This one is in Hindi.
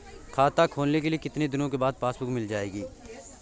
खाता खोलने के कितनी दिनो बाद पासबुक मिल जाएगी?